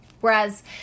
Whereas